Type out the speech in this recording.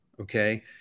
okay